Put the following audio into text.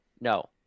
No